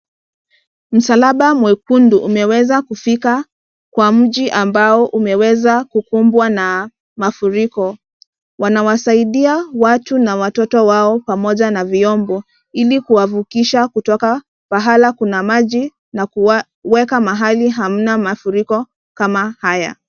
Msalaba mwekundu umeweza kufika kwa mji ambao umeweza kukubwa na mafuriko. Wanawasaidia watu na watoto wao pamoja na vyombo, ili kuwavukisha kutoka pahala kuna maji na kuwaweka mahali hamna mafuriko kama haya.